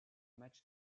match